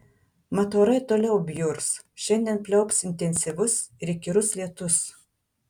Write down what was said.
mat orai toliau bjurs šiandien pliaups intensyvus ir įkyrus lietus